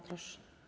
Proszę.